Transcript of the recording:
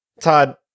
Todd